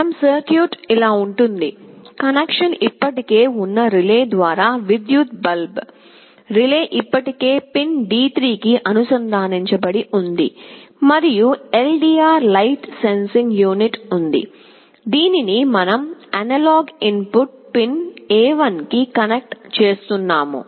మన సర్క్యూట్ ఇలా ఉంటుంది కనెక్షన్ ఇప్పటికే ఉన్న రిలే ద్వారా విద్యుత్ బల్బ్ రిలే ఇప్పటికీ పిన్ D3 కి అనుసంధానించబడి ఉంది మరియు LDR లైట్ సెన్సింగ్ యూనిట్ ఉంది దీనిని మనం అనలాగ్ ఇన్పుట్ పిన్ A1 కి కనెక్ట్ చేస్తున్నాము